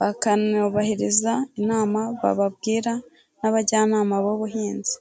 bakanubahiriza inama bababwira nk'abajyanama b'ubuhinzi.